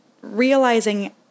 realizing